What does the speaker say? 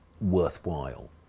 worthwhile